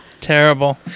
Terrible